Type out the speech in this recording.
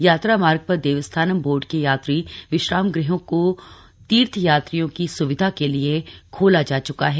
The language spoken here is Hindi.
यात्रा मार्ग पर देवस्थानम बोर्ड के यात्री विश्राम गृहों को तीर्थ यात्रियों की स्विधा के लिए खोला जा चुका है